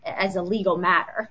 as a legal matter